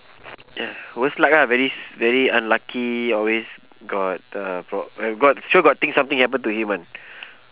ya worst luck lah very very unlucky always got uh got uh got sure got thing something happen to him [one]